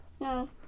No